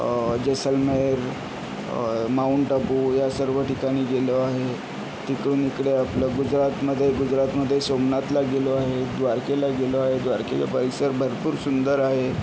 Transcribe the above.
Jaisalmer Mount Abu या सर्व ठिकाणी गेलो आहे तिकडून इकडे आपलं गुजरातमध्ये गुजरातमध्ये सोमनाथला गेलो आहे द्वारकेला गेलो आहे द्वारकेला परिसर भरपूर सुंदर आहे